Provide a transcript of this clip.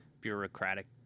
bureaucratic